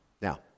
Now